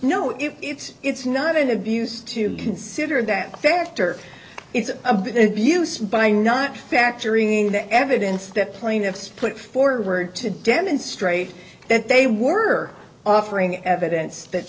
if it's it's not an abuse to consider that factor it's a big debut some by not factoring the evidence that plaintiffs put forward to demonstrate that they were offering evidence that